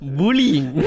bullying